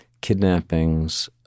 kidnappings